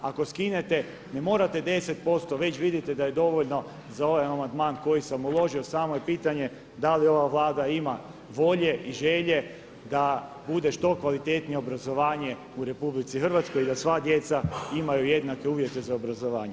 Ako skinete, ne morate 10% već vidite da je dovoljno za ovaj amandman koji sam uložio, samo je pitanje da li ova Vlada ima volje i želje da bude što kvalitetnije obrazovanje u RH i da sva djeca imaju jednake uvijete za obrazovanje.